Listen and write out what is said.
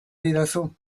didazu